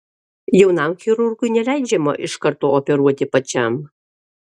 jaunam chirurgui neleidžiama iš karto operuoti pačiam